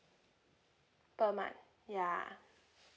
per month ya